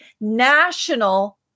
national